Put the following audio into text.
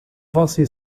você